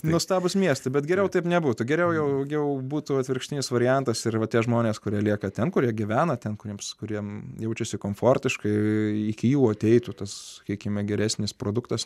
nuostabūs miestai bet geriau taip nebūtų geriau jau daugiau būtų atvirkštinis variantas ir va tie žmonės kurie lieka ten kurie gyvena ten kuriems kuriem jaučiasi komfortiškai iki jų ateitų tas sakykime geresnis produktas